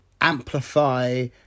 amplify